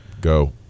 go